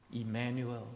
Emmanuel